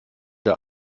der